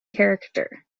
character